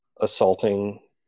assaulting